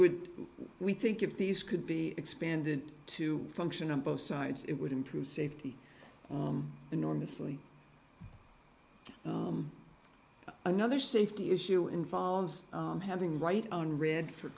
would we think if these could be expanded to function on both sides it would improve safety enormously another safety issue involves having right on red for